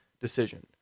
decision